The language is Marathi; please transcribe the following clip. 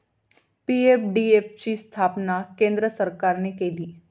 पी.एफ.डी.एफ ची स्थापना केंद्र सरकारने केली